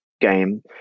game